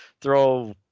throw